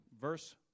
verse